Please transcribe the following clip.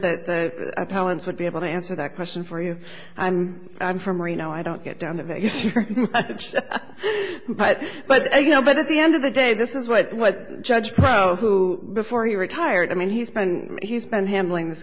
appellant's would be able to answer that question for you i'm from reno i don't get down to vegas but you know but at the end of the day this is what what judge pro who before he retired i mean he's been he's been handling this